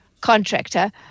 contractor